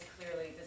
Clearly